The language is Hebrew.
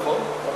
נכון?